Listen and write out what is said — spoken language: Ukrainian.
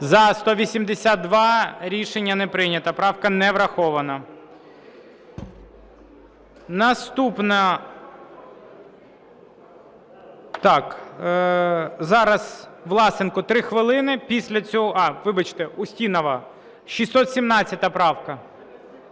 За-182 Рішення не прийнято. Правка не врахована. Наступна… Так, зараз Власенко - 3 хвилини, після… А, вибачте! Устінова, 617 правка.